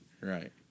Right